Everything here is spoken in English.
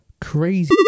Crazy